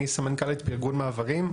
אני סמנכ"לית ארגון מעברים,